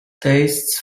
tastes